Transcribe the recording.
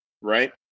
right